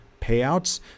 payouts